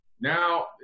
Now